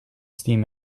steam